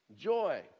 Joy